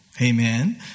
Amen